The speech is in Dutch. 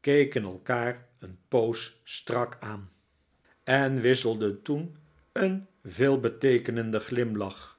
keken elkaar een poos strak aan nikolaas nickleby en wisselden toen een veelbeteekenenden glimlach